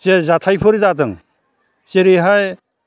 जे जाथायफोर जादों जेरैहाय